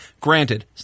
Granted